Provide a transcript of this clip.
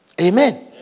amen